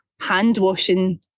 hand-washing